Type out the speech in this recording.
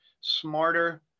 smarter